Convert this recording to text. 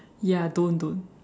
ya don't don't